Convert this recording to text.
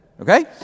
okay